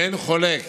ואין חולק